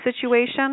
situation